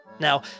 Now